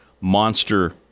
Monster